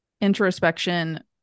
introspection